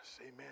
Amen